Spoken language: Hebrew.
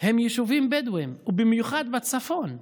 הם יישובים בדואיים, במיוחד בצפון.